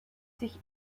sich